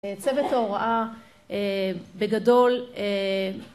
צוות ההוראה בגדול